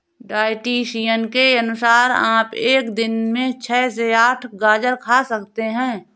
dietitian के अनुसार आप एक दिन में छह से आठ गाजर खा सकते हैं